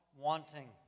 wanting